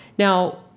Now